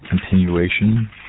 continuation